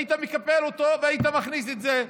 היית מקפל אותו והיית מכניס את זה,